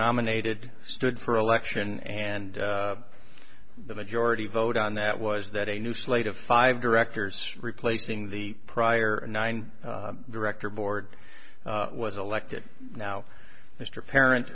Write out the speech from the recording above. nominated stood for election and the majority vote on that was that a new slate of five directors replacing the prior nine director board was elected now mr parent